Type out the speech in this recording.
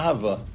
Ava